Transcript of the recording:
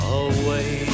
away